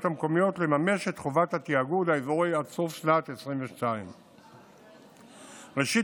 המקומיות לממש את חובת התיאגוד האזורי עד סוף שנת 2022. ראשית,